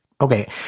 Okay